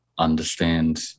understand